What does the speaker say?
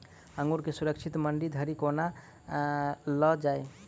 अंगूर केँ सुरक्षित मंडी धरि कोना लकऽ जाय?